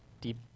deep